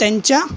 त्यांच्या